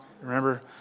Remember